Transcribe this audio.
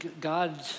God